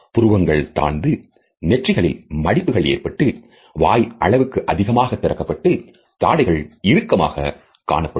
புருவங்கள் தாழ்ந்து நெற்றியில் மடிப்புகள் ஏற்பட்டு வாய் அளவுக்கதிகமாக திறக்கப்பட்டு தாடைகள் இறுக்கமாகக் காணப்படும்